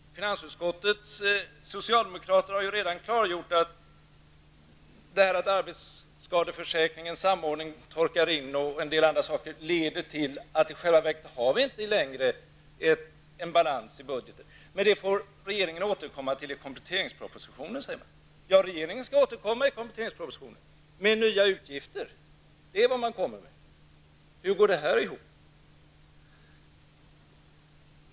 Finansutskottets socialdemokrater har redan klargjort att det faktum att samordningen i arbetsskadeförsäkringen torkar in och att en del andra saker händer leder till att vi i själva verket inte längre har en balans i budgeten. Men det får regeringen återkomma till i kompletteringspropositionen, säger man. Ja, regeringen skall återkomma i kompletteringspropositionen -- med nya utgifter. Det är vad man kommer med. Hur går det ihop?